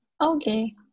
Okay